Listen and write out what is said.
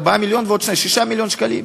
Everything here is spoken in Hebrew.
4 מיליון ועוד 2, 6 מיליון שקלים.